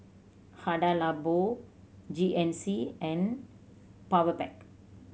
Hada Labo G N C and Powerpac